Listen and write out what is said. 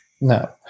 no